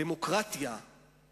דבר החקיקה הזה,